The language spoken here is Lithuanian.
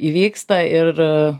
įvyksta ir